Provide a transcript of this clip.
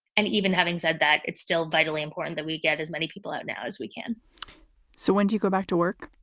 and even having said that, it's still vitally important that we get as many people out now as we can so when do you go back to work?